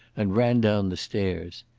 and ran down the stairs.